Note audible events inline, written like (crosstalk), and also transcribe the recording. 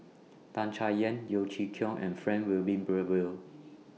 (noise) Tan Chay Yan Yeo Chee Kiong and Frank Wilmin Brewer